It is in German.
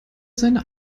seine